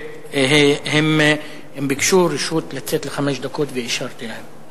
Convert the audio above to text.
הם ביקשו רשות לצאת לחמש דקות ואישרתי להם.